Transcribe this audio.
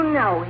no